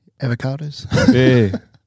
Avocados